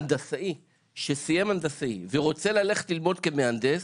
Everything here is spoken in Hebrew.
הנדסאי שסיים הנדסאי ורוצה ללכת ללמוד כמהנדס,